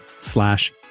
slash